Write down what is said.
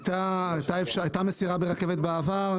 הייתה מסירה ברכבת בעבר.